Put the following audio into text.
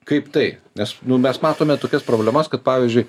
kaip tai nes mes matome tokias problemas kad pavyzdžiui